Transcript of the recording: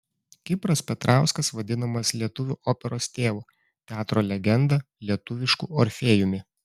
kipras petrauskas vadinamas lietuvių operos tėvu teatro legenda lietuvišku orfėjumi